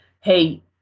hey